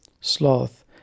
Sloth